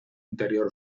interior